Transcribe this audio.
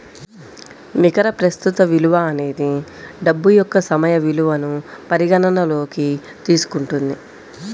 నికర ప్రస్తుత విలువ అనేది డబ్బు యొక్క సమయ విలువను పరిగణనలోకి తీసుకుంటుంది